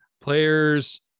players